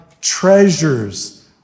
treasures